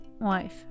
wife